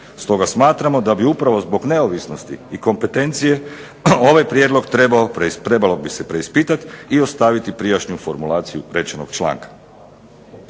Stoga smatramo da bi upravo zbog neovisnosti i kompetencije ovaj prijedlog trebalo bi se preispitati i ostaviti prijašnju formulaciju rečenog članka.